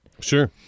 Sure